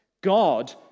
God